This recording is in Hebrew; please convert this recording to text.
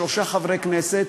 לשלושה חברי כנסת,